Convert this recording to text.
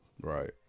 Right